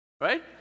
right